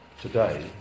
today